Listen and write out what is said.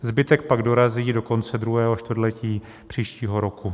Zbytek pak dorazí do konce druhého čtvrtletí příštího roku.